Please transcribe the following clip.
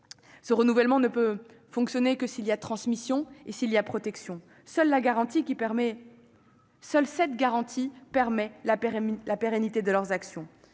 Ce renouvellement ne peut fonctionner que s'il y a transmission et protection. Seule cette garantie permet la pérennité de leurs actions.